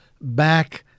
back